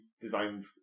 designed